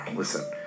Listen